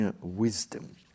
wisdom